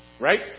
Right